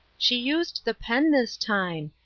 she used the pen this time.